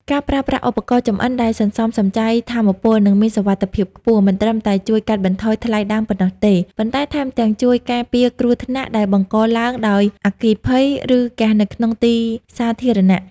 ការប្រើប្រាស់ឧបករណ៍ចម្អិនដែលសន្សំសំចៃថាមពល និងមានសុវត្ថិភាពខ្ពស់ មិនត្រឹមតែជួយកាត់បន្ថយថ្លៃដើមប៉ុណ្ណោះទេ ប៉ុន្តែថែមទាំងជួយការពារគ្រោះថ្នាក់ដែលបង្កឡើងដោយអគ្គិភ័យ ឬហ្គាសនៅក្នុងទីសាធារណៈ។